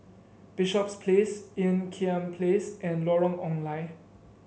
Bishops Place Ean Kiam Place and Lorong Ong Lye